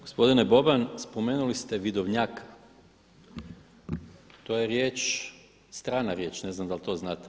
Gospodine Boban, spomenuli ste vidovnjak, to je riječ, strana riječ, ne znam da li to znate.